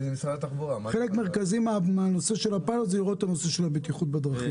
חלק מרכזי הוא הנושא של הבטיחות בדרכים.